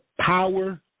power